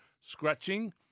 scratching